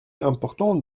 important